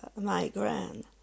migraine